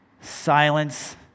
silence